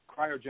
cryogenic